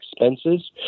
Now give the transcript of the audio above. expenses